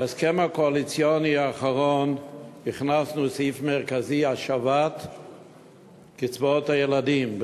בהסכם הקואליציוני האחרון הכנסנו סעיף מרכזי: השבת קצבאות הילדים,